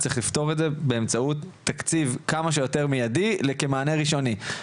צריך לפתור את זה באמצעות תקציב כמה שיותר מיידי למענה ראשוני,